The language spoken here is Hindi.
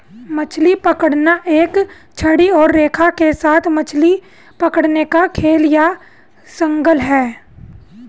मछली पकड़ना एक छड़ी और रेखा के साथ मछली पकड़ने का खेल या शगल है